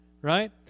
right